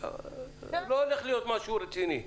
-- שלא הולך להיות משהו רציני.